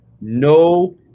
no